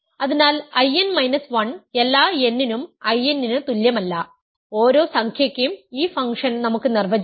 അതിനാൽ In minus 1 എല്ലാ n നും I n ന് തുല്യമല്ല ഓരോ സംഖ്യയ്ക്കും ഈ ഫംഗ്ഷൻ നമുക്ക് നിർവചിക്കാം